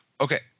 Okay